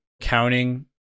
counting